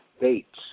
dates